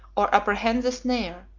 or apprehend the snare,